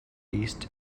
east